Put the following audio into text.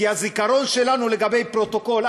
כי הזיכרון שלנו לגבי הפרוטוקול,